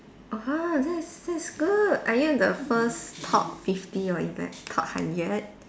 !wah! that's that's good are you the first top fifty or is like top hundred